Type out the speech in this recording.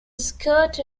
skirt